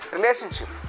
Relationship